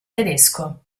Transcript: tedesco